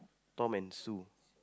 Tom and Sue